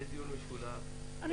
אני